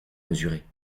mesurés